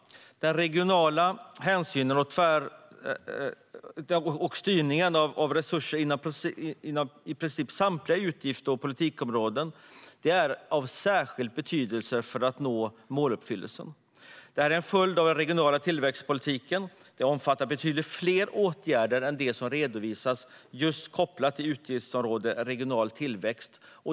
Den regionala hänsynen och styrningen av resurser inom i princip samtliga utgifts och politikområden är av särskild betydelse för att nå måluppfyllelsen. Det är en följd av att den regionala tillväxtpolitiken omfattar betydligt fler åtgärder än de som redovisas just kopplat till utgiftsområde 19 Regional tillväxt .